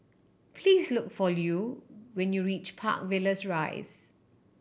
please look for Lew when you reach Park Villas Rise